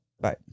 Bye